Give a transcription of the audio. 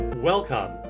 Welcome